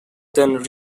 than